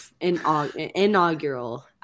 inaugural